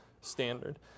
standard